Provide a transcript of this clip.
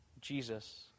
Jesus